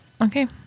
Okay